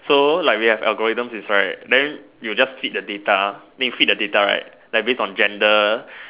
so like we have algorithms inside then you just feed the data then you feed the data right like based on gender